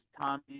Tommy